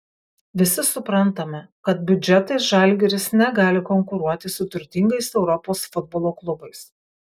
visi suprantame kad biudžetais žalgiris negali konkuruoti su turtingais europos futbolo klubais